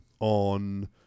On